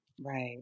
Right